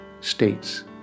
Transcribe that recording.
states